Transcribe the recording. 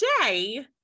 today